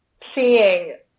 seeing